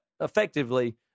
effectively